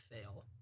fail